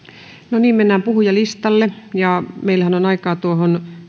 no niin mennään puhujalistalle meillähän on aikaa tuohon